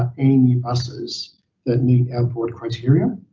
ah any new buses that meet our broad criteria